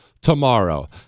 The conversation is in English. tomorrow